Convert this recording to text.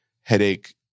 headache